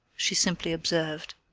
she simply observed.